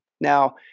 Now